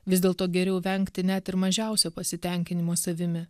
vis dėlto geriau vengti net ir mažiausio pasitenkinimo savimi